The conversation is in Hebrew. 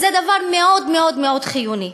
אז זה דבר מאוד מאוד מאוד חיוני.